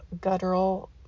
guttural